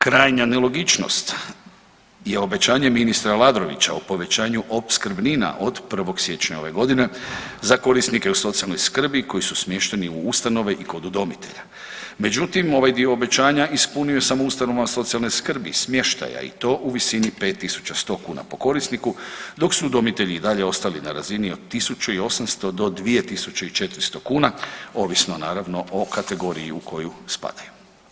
Krajnja nelogičnost je obećanje ministra Aladrovića o povećanju opskrbnina od 1. siječnja ove godine za korisnike u socijalnoj skrbi koji su smješteni u ustanove i kod udomitelja, međutim ovaj dio obećanja ispunio je samo ustanovama socijalne skrbi, smještaja i to u visini 5.100 kuna po korisniku dok su udomitelji i dalje ostali na razini od 1.800 do 2.400 kuna, ovisno naravno o kategoriji u koju spadaju.